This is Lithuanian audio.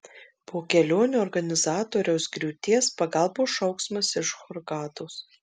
po kelionių organizatoriaus griūties pagalbos šauksmas iš hurgados